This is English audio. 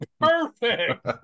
Perfect